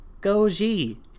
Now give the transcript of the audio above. Goji